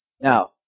Now